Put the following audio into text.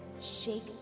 shake